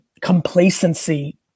complacency